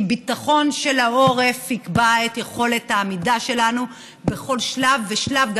כי ביטחון של העורף יקבע את יכולת העמידה שלנו בכל שלב ושלב,